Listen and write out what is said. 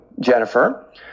Jennifer